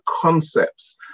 concepts